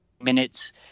minutes